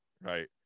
right